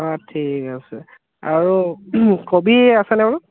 অঁ ঠিক আছে আৰু কবি আছেনে বাৰু